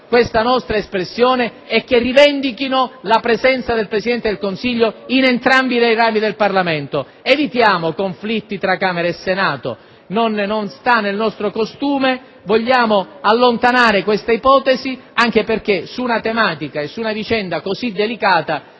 questo nostro pensiero e che rivendichino la presenza del Presidente del Consiglio in entrambi i rami del Parlamento. Evitiamo conflitti tra Camera e Senato. Non è nel nostro costume. Vogliamo allontanare questa ipotesi, anche perché su una vicenda così delicata